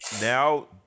now